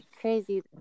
crazy